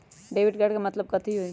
Debit card के मतलब कथी होई?